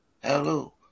Hello